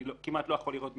אני כמעט לא יכול לראות מקרה,